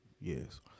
Yes